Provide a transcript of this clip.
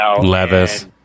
Levis